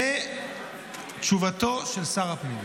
זאת תשובתו של שר הפנים.